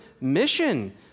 mission